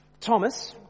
Thomas